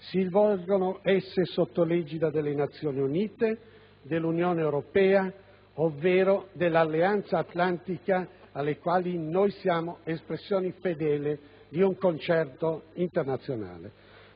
si svolgano esse sotto l'egida delle Nazioni Unite, dell'Unione europea ovvero dell'Alleanza Atlantica, rispetto alle quali noi siamo espressione fedele di un concerto internazionale.